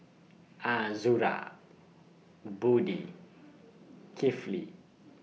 Azura Budi Kifli